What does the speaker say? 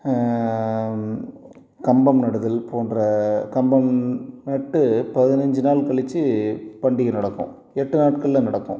கம்பம் நடுதல் போன்ற கம்பம் நட்டு பதினஞ்சு நாள் கழித்து பண்டிகை நடக்கும் எட்டு நாட்களில் நடக்கும்